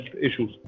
issues